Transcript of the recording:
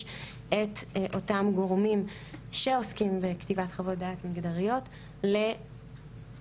את אותם גורמים שעוסקים בכתיבת חוות דעת מגדריות לחברות,